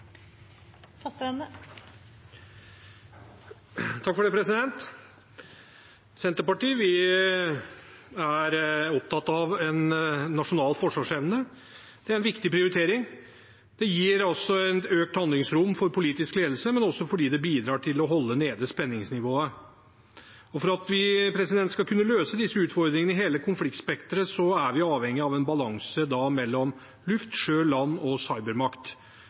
opptatt av nasjonal forsvarsevne. Det er en viktig prioritering. Det gir et økt handlingsrom for politisk ledelse, men det bidrar også til å holde nede spenningsnivået. For at vi skal kunne løse disse utfordringene i hele konfliktspekteret, er vi avhengige av en balanse mellom luft-, sjø-, land- og cybermakt.